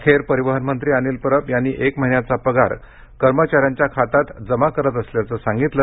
अखेर परिवहन मंत्री अनिल परब यांनी एक महिन्याचा पगार कर्मचाऱ्यांच्या खात्यात जमा करत असल्याचं सांगितलं